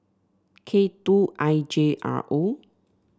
K two I J R O